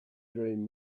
dream